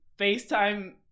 FaceTime